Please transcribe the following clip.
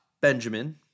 Benjamin